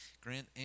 Grant